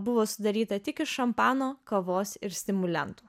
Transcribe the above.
buvo sudaryta tik iš šampano kavos ir stimuliantų